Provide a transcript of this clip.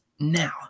Now